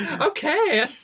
okay